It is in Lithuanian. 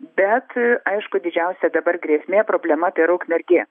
bet aišku didžiausia dabar grėsmė problema tai yra ukmergė